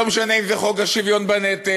לא משנה אם זה חוק השוויון בנטל,